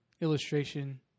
illustration